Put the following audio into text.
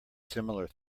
similar